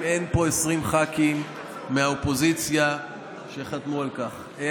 אין פה 20 ח"כים מהאופוזיציה שחתמו על כך.